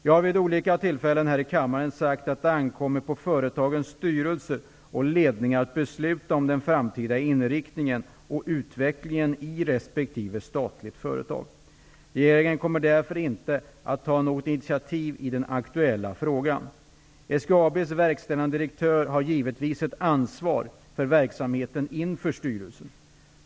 Jag har vid olika tillfällen i kammaren sagt att det ankommer på företagens styrelser och ledningar att besluta om den framtida inriktningen och utvecklingen i resp. statligt företag. Regeringen kommer därför inte att ta något initiativ i den aktuella frågan. SGAB:s verkställande direktör har givetvis ett ansvar för verksamheten inför styrelsen.